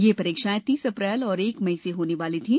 यह परीक्षाएं तीस अप्रैल और एक मई से होने वाली थीं